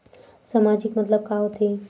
सामाजिक मतलब का होथे?